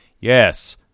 yes